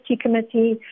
committee